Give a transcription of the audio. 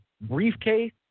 briefcase